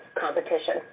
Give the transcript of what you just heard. competition